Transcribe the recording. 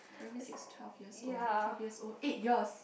primary six twelve years old twelve years old eight years